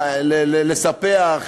לספח,